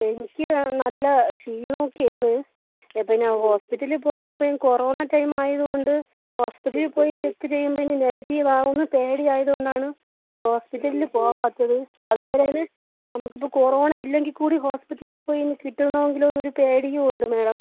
എനിക്ക് നല്ല ക്ഷീണം ഒക്കെ ആണ് അപ്പോൾ ഞാൻ ഹോസ്പിറ്റല് പോകുമ്പോൾ ഇപ്പോൾ ഞാൻ കൊറോണ ടൈമ് ആയതുകൊണ്ട് ഹോസ്പിറ്റലില് പോയി ചെക്ക് ചെയ്യുമ്പോൾ ഇനി നെഗറ്റീവ് ആവൂന്ന് പേടി ആയത് കൊണ്ടാണ് ഹോസ്പിറ്റലില് പോവാത്തത് അതുപോലെ തന്നെ നമുക്ക് ഇപ്പോൾ കൊറോണ ഇല്ലെങ്കിൽ കൂടി ഹോസ്പിറ്റല് പോയി കിട്ടോണോങ്കിലോന്ന് ഒരു പേടിയും ഉണ്ട് മാഡം